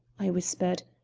i whispered.